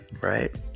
right